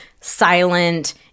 silent